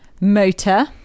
Motor